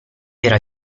era